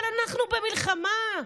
אבל אנחנו במלחמה.